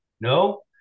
No